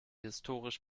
historisch